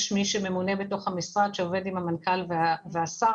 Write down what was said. יש מי שממונה בתוך המשרד שעובד עם המנכ"ל והשר,